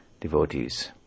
devotees